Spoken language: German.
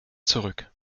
zurück